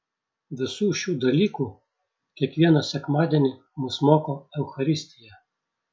visų šių dalykų kiekvieną sekmadienį mus moko eucharistija